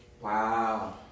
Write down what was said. Wow